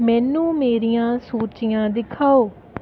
ਮੈਨੂੰ ਮੇਰੀਆਂ ਸੂਚੀਆਂ ਦਿਖਾਓ